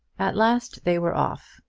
at last they were off,